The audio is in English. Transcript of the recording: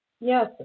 Yes